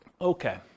Okay